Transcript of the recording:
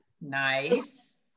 Nice